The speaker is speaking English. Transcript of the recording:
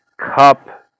cup